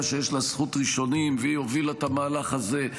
שיש לה זכות ראשונים והיא הובילה את המהלך הזה,